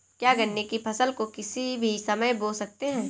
क्या गन्ने की फसल को किसी भी समय बो सकते हैं?